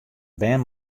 bern